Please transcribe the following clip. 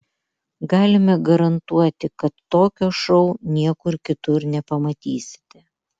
galime garantuoti kad tokio šou niekur kitur nepamatysite